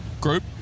group